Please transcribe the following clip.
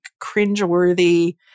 cringeworthy